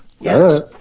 Yes